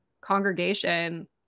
congregation